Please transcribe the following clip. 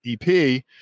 ep